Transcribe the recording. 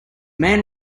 man